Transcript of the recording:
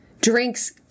drinks